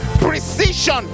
precision